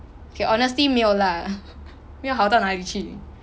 okay honestly 没有 lah 没有好到哪里去